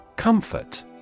Comfort